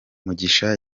mugisha